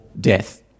death